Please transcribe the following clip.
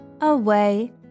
away